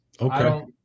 okay